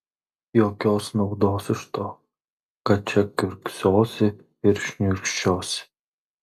jokios naudos iš to kad čia kiurksosi ir šniurkščiosi